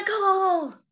Nicole